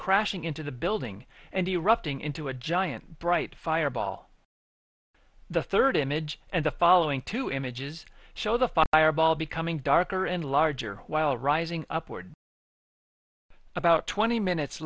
crashing into the building and erupting into a giant bright fireball the third image and the following two images show the fireball becoming darker and larger while rising upward about twenty minutes